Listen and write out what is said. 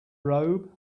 robe